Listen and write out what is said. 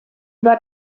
war